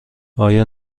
آیا